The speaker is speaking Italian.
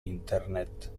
internet